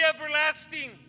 everlasting